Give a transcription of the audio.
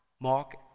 mark